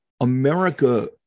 America